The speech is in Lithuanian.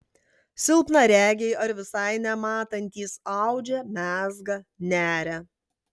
silpnaregiai ar visai nematantys audžia mezga neria